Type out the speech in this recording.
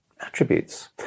attributes